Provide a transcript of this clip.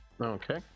Okay